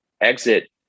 exit